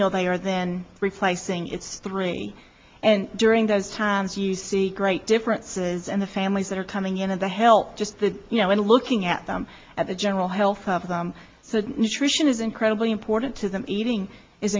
meal they are then replacing it's three and during those times you see great differences and the families that are coming in and to help just the you know when looking at them at the general health of them so nutrition is incredibly important to them eating is